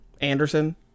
Anderson